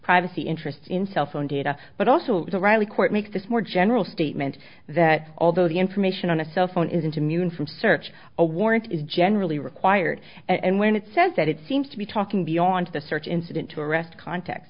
privacy interests in cell phone data but also the riley court make this more general statement that although the information on a cell phone isn't immune from search a warrant is generally required and when it says that it seems to be talking beyond the search incident to arrest cont